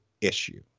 issue